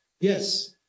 yes